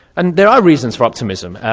and there are reasons for optimism.